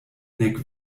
nek